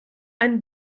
einen